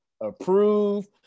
approve